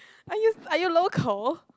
are you are you local